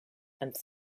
and